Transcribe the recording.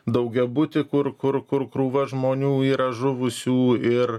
daugiabutį kur kur kur krūva žmonių yra žuvusių ir